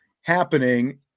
happening